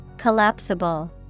Collapsible